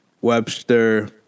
Webster